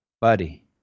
buddy